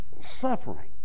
suffering